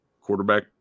quarterback